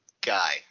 guy